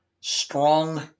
strong